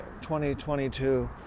2022